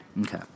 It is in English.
Okay